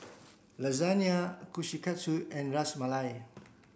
Lasagne Kushikatsu and Ras Malai